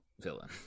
villain